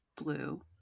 blue